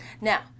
Now